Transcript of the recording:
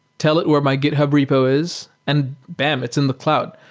tell it were my github repos is, and bam! it's in the cloud.